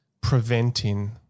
preventing